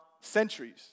centuries